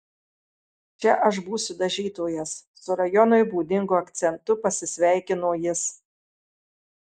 čia aš būsiu dažytojas su rajonui būdingu akcentu pasisveikino jis